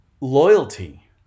loyalty